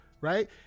right